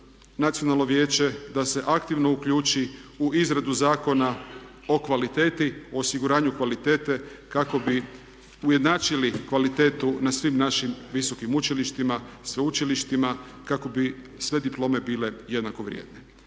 Nacionalno vijeće da se aktivno uključi u izradu zakona o kvaliteti, o osiguranju kvalitete kako bi ujednačili kvalitetu na svim našim visokim učilištima, sveučilištima kako bi sve diplome bile jednako vrijedne.